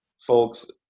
folks